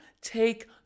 take